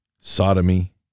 sodomy